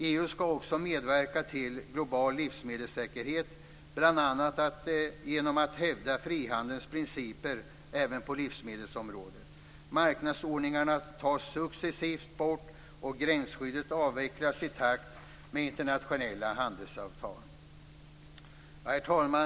EU skall också medverka till global livsmedelssäkerhet bl.a. genom att hävda frihandelns principer även på livsmedelsområdet. Marknadsordningarna tas successivt bort, och gränsskyddet avvecklas i takt med internationella handelsavtal. Herr talman!